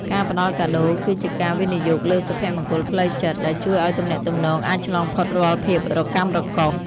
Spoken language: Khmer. ការផ្ដល់កាដូគឺជាការវិនិយោគលើសុភមង្គលផ្លូវចិត្ត ដែលជួយឱ្យទំនាក់ទំនងអាចឆ្លងផុតរាល់ភាពរកាំរកូស។